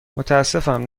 متاسفم